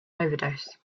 overdose